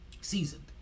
Seasoned